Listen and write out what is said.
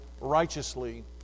righteously